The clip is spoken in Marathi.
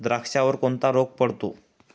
द्राक्षावर कोणता रोग पडतो?